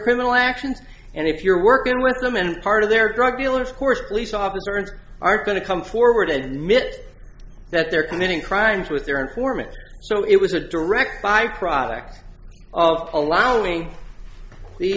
criminal actions and if you're working with them and part of their drug dealer of course police officers aren't going to come forward and admit that they're committing crimes with their informant so it was a direct byproduct of allowing the